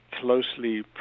closely